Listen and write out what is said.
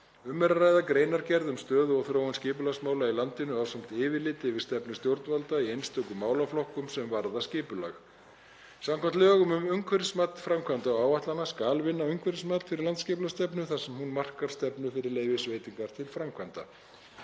Um er að ræða greinargerð um stöðu og þróun skipulagsmála í landinu ásamt yfirliti yfir stefnu stjórnvalda í einstökum málaflokkum sem varða skipulag. Samkvæmt lögum um umhverfismat framkvæmda og áætlana skal vinna umhverfismat fyrir landsskipulagsstefnu þar sem hún markar stefnu fyrir leyfisveitingar til framkvæmda.